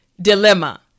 dilemma